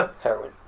heroin